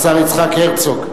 השר יצחק הרצוג.